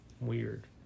Weird